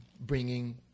bringing